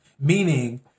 meaning